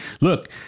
look